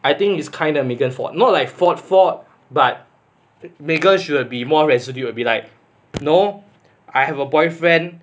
I think is kinda megan fault not like fault fault but megan should have been more resolute you be like you know I have a boyfriend